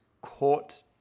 caught